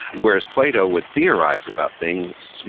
whereas, plato would theorize about things,